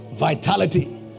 Vitality